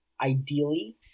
Ideally